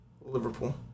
Liverpool